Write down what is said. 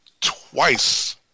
twice